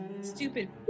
Stupid